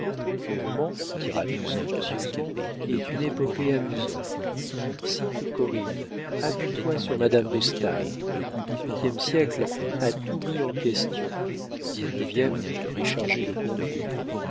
le roman diras-tu sentencieusement est une épopée amusante cite corinne appuie-toi sur madame de staël le dix-huitième siècle a tout mis en question le dix-neuvième est chargé de conclure